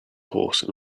horse